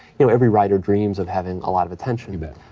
you know, every writer dreams of having a lot of attention. you bet.